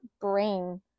brain